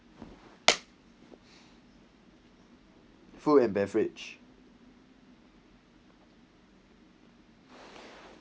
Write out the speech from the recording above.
food and beverage